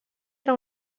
era